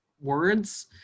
words